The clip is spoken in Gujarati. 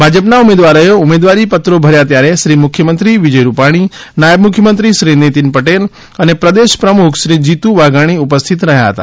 ભાજપના ઉમેદવારોએ ઉમેદવારી પાત્રો ભર્યા ત્યારે મુખ્યમંત્રી શ્રી વિજય રૂપાણી નાયબ મુખ્યમંત્રી શ્રી નીતિન પટેલ અને પ્રદેશ પ્રમુખ શ્રી જીતુ વાઘાણી ઉપસ્થિત રહ્યા હતા